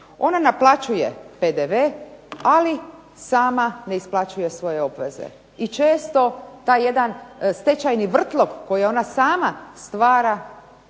Ona naplaćuje PDV, ali sama ne isplaćuje svoje obveze. I često taj jedan stečajni vrtlog koji ona sama stvar,